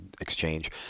exchange